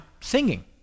singing